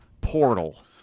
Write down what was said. portal